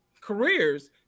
careers